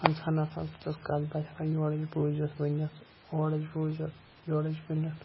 پنٛژہن نفرَن سۭتۍ اوس کَتھ باتھ ہیٚکان یورٕ یہِ بوٗزِتھ ؤنِتھ اورٕچ بوٗزِتھ یورٕچ ؤنِتھ